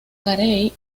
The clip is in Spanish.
carey